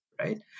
right